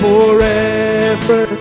Forever